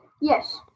Yes